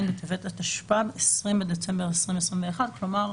בטבת התשפ"ב (20 בדצמבר 2021). כלומר,